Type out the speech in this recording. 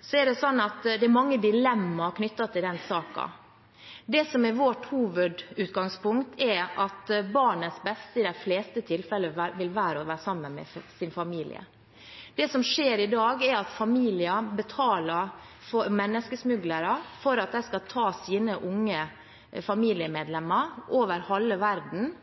Det er mange dilemmaer knyttet til den saken. Det som er vårt hovedutgangspunkt, er at barnets beste i de fleste tilfeller vil være å være sammen med sin familie. Det som skjer i dag, er at familier betaler menneskesmuglere for å ta unge familiemedlemmer over halve verden –